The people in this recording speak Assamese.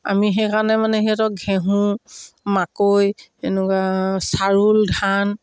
আমি সেইকাৰণে মানে সিহঁতক ঘেঁহু মাকৈ এনেকুৱা চাউল ধান